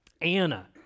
Anna